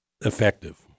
effective